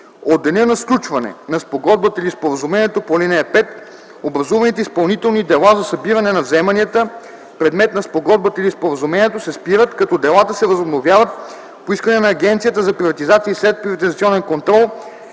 От деня на сключване на спогодбата или споразумението по ал. 5 образуваните изпълнителни дела за събиране на вземанията, предмет на спогодбата или споразумението, се спират, като делата се възобновяват по искане на Агенцията за приватизация и следприватизационен контрол